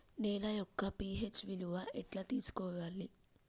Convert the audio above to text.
నేల యొక్క పి.హెచ్ విలువ ఎట్లా తెలుసుకోవాలి?